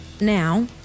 Now